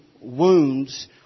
wounds